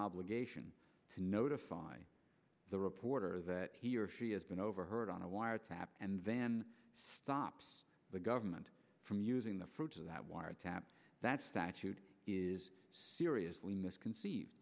obligation to notify the reporter that he or she has been overheard on a wiretap and then stops the government from using the fruits of that wiretap that statute is seriously misconceived